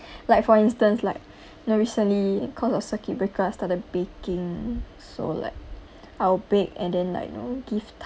like for instance like you know recently it because of circuit breaker I started baking so like I'll bake and then like you know give